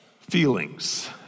feelings